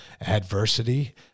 adversity